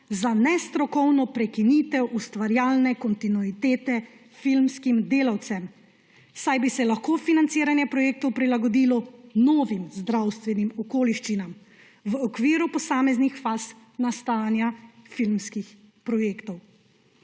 za nestrokovno prekinitev ustvarjalne kontinuitete filmskim delavcem, saj bi se lahko financiranje projektov prilagodilo novim zdravstvenim okoliščinam v okviru posameznih faz nastajanja filmskih projektov.